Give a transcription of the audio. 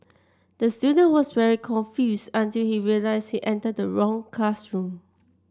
the student was very confused until he realised he entered the wrong classroom